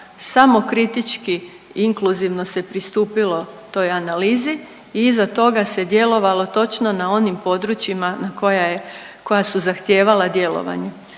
samokritički inkluzivno se pristupilo toj analizi i iza toga se djelovalo točno na onim područjima na koja je, koja su zahtijevala djelovanje.